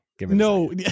No